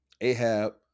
Ahab